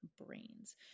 brains